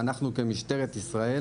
במשטרת ישראל